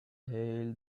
hailed